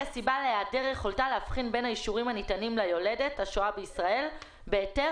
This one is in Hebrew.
הסיבה להיעדר יכולתה להבחין בין האישורים הניתנים ליולדת השוהה בישראל בהיתר